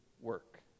work